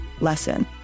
lesson